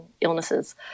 illnesses